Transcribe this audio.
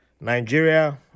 Nigeria